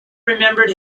remembered